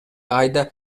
айда